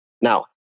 Now